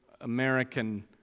American